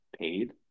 paid